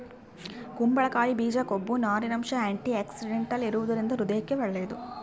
ಕುಂಬಳಕಾಯಿ ಬೀಜ ಕೊಬ್ಬು, ನಾರಿನಂಶ, ಆಂಟಿಆಕ್ಸಿಡೆಂಟಲ್ ಇರುವದರಿಂದ ಹೃದಯಕ್ಕೆ ಒಳ್ಳೇದು